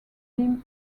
him